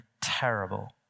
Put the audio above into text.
terrible